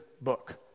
book